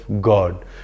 God